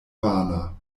vana